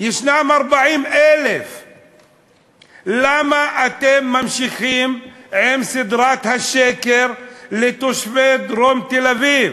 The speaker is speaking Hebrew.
יש 40,000. למה אתם ממשיכים עם סדרת השקר לתושבי דרום תל-אביב?